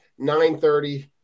9.30